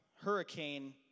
hurricane